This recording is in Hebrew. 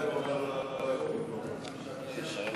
19), התשע"ו